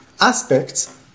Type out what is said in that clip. aspects